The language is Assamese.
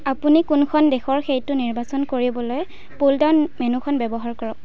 আপুনি কোনখন দেশৰ সেইটো নিৰ্বাচন কৰিবলৈ পুলডাউন মেন্যুখন ব্যৱহাৰ কৰক